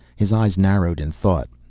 his eyes narrowed in thought.